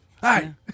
Hi